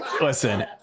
Listen